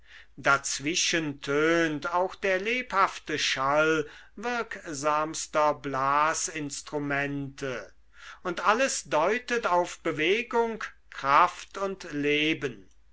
dazwischen tönt auch der lebhafte schall wirksamster blasinstrumente und alles deutet auf bewegung kraft und leben